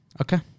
Okay